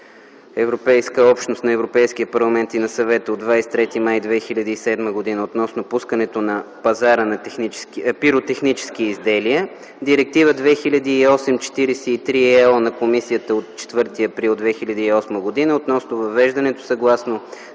Европейската общност, на Европейския парламент и на Съвета от 23 май 2007 г. относно пускането на пазара на пиротехнически изделия; Директива 2008/43/ЕО на Комисията от 4 април 2008 г. относно въвеждането съгласно